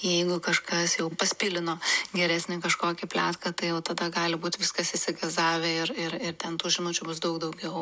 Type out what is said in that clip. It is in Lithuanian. jeigu kažkas jau paspilino geresnį kažkokį pletką tai jau tada gali būt viskas išsigazavę ir ir ir ten tų žinučių bus daug daugiau